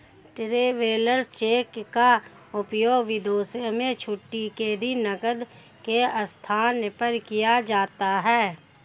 travellers cheque का उपयोग विदेशों में छुट्टी के दिन नकद के स्थान पर किया जाता है